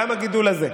גם הגידול הזה.